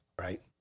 Right